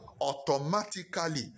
automatically